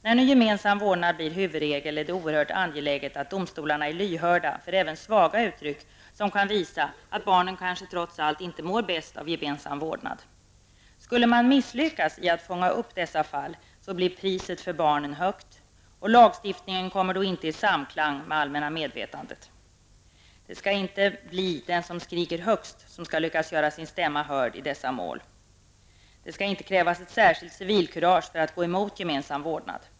När nu gemensam vårdnad blir huvudregel är det oerhört angeläget att domstolarna är lyhörda för även svaga uttryck som kan visa att barnen kanske trots allt inte mår bäst av gemensam vårdnad. Skulle man misslyckas i att fånga upp dessa fall, blir priset för barnen högt, och lagstiftningen kommer då inte i samklang med det allmänna medvetandet. Det skall inte bli den som skriker högst som skall lyckas göra sin stämma hörd i dessa mål. Det skall inte krävas ett särskilt civilkurage för att gå emot gemensam vårdnad.